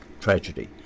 tragedy